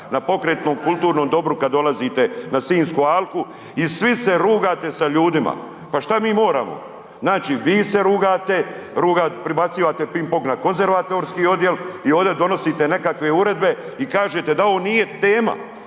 na pokretnom kulturnom dobru kad dolazite na sinjsku alku i svi se rugate sa ljudima, pa šta mi moramo? Znači, vi se rugate, pribacivate ping pong na konzervatorijski odjel i ovdje donosite nekakve uredbe i kažete da ovo nije tema